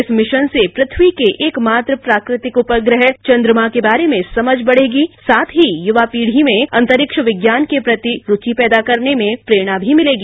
इस मिशन से पृथ्यी के एकमात्र प्राकृतिक उपग्रह चंद्रमा के बारे में समझ बढ़ेगी साथ ही युवा पीढ़ी में अंतरिक्ष विज्ञान के प्रति रूवि पैदा करने में प्रेरणा भी मिलेगी